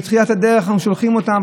בתחילת הדרך אנחנו שולחים אותם,